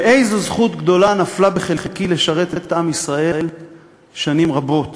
ואיזו זכות גדולה נפלה בחלקי, לשרת שנים רבות